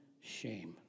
shame